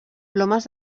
plomes